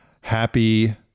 Happy